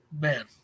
Man